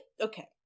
okay